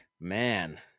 man